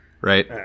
right